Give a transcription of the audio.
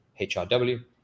HRW